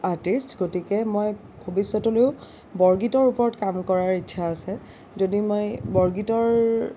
artist গতিকে মই ভৱিষ্যতলৈয়ো বৰগীতৰ ওপৰত কাম কৰাৰ ইচ্ছা আছে যদিও মই বৰগীতৰ